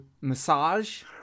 massage